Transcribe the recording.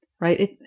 right